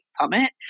summit